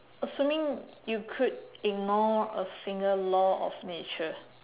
assuming you could ignore a single law of nature